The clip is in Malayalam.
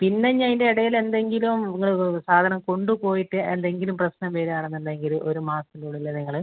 പിന്നെ ഇനി അതിന്റെ ഇടയില് എന്തെങ്കിലും നിങ്ങൾ സാധനം കൊണ്ട് പോയിട്ട് എന്തെങ്കിലും പ്രശ്നം വരികയാണെന്ന് ഉണ്ടെങ്കില് ഒര് മാസത്തിന്റെ ഉള്ളിൽ നിങ്ങള്